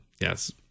Yes